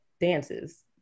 dances